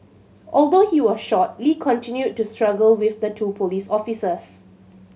although he was shot Lee continued to struggle with the two police officers